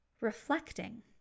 reflecting